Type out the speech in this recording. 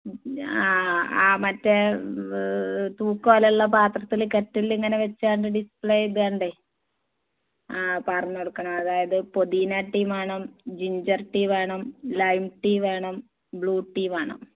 ആ മറ്റേ തൂക്കുപോലുള്ള പാത്രത്തിൽ കെറ്റിലിലിങ്ങനെ വെച്ചോണ്ട് ഡിസ്പ്ലേ ചെയ്തോണ്ടേ ആ പറഞ്ഞുകൊടുക്കണൊ അതായത് പുതിന ടീ വേണം ജിൻജർ ടീ വേണം ലൈം ടീ വേണം ബ്ലൂ ടീ വേണം